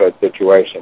situation